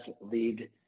lead